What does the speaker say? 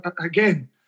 Again